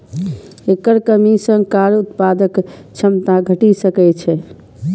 एकर कमी सं कार्य उत्पादक क्षमता घटि सकै छै